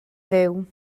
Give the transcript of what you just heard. fyw